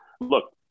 look